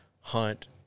hunt